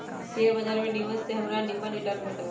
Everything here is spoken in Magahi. शेयर बाजार में निवेश से हमरा निम्मन रिटर्न भेटल